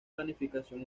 planificación